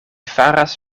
faras